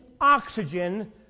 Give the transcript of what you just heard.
oxygen